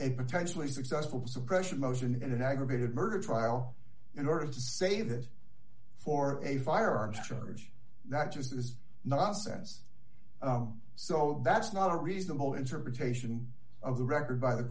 a potentially successful suppression motion in an aggravated murder trial in order to save it for a firearms charge that just is nonsense so that's not a reasonable interpretation of the record by the